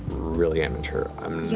really immature, i'm